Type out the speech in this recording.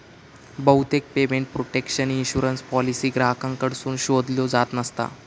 बहुतेक payment protection insurance policy ग्राहकांकडसून शोधल्यो जात नसता